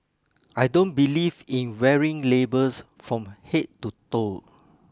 I don't believe in wearing labels from head to toe